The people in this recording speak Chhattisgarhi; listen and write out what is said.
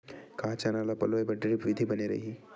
का चना ल पलोय बर ड्रिप विधी बने रही?